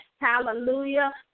hallelujah